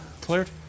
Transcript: Cleared